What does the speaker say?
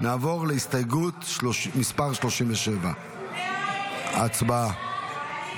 נעבור להסתייגות 37. הצבעה.